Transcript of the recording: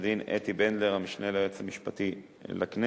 עורכת-הדין אתי בנדלר, המשנה ליועץ המשפטי לכנסת,